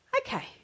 Okay